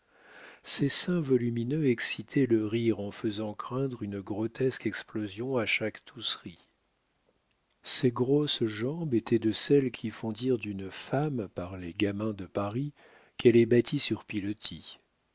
ses seins volumineux excitaient le rire en faisant craindre une grotesque explosion à chaque tousserie ses grosses jambes étaient de celles qui font dire d'une femme par les gamins de paris qu'elle est bâtie sur pilotis